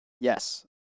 Yes